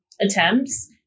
attempts